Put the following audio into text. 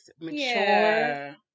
mature